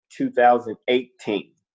2018